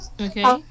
Okay